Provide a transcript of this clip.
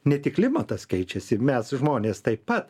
ne tik klimatas keičiasi mes žmonės taip pat